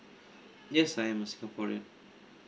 yes I'm singaporean